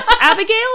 Abigail